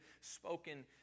spoken